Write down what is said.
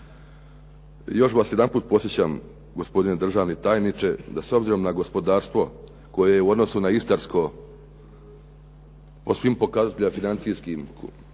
Još vas jedanput podsjećam gospodine državni tajniče, da s obzirom na gospodarstvo koje je u odnosu na Istarsko po svim pokazateljima financijskim,